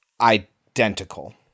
identical